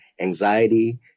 anxiety